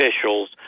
officials